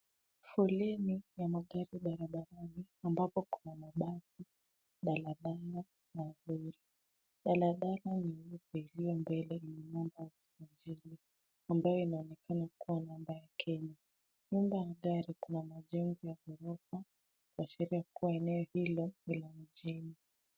Foleni ya magari barabarani ambapo kuna mabasi, daladala na lori. Daladala na lori iliyo mbele ambayo inaonekana kuwa na nambari ya Kenya. Nyuma ya gari kuna majengo ya ghorofa kuashiria kuwa eneo hilo ni la mjini.